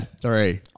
three